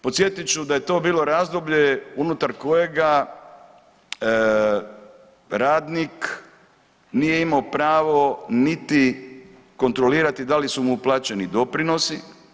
Podsjetit ću da je to bilo razdoblje unutar kojega radnik nije imao pravo niti kontrolirati da li su mu plaćeni doprinosi.